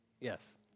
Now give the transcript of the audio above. Yes